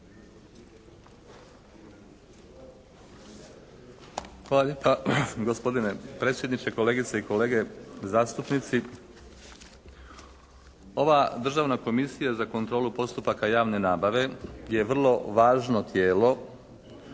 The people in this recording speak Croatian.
Hvala lijepa gospodine predsjedniče, kolegice i kolege zastupnici. Ova Državna komisija za kontrolu postupaka javne nabave je vrlo važno tijelo